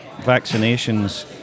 vaccinations